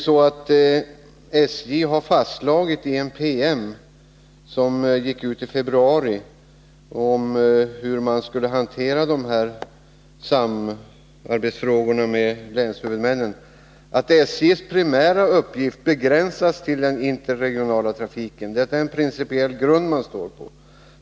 SJ har i en PM som gick ut i februari och som handlar om hur man skall hantera samarbetsfrågorna med länshuvudmännen fastslagit att SJ:s primära uppgift begränsas till den interregionala trafiken. Det är den principiella grund man står på.